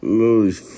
holy